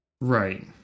Right